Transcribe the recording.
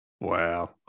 Wow